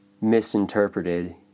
misinterpreted